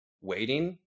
waiting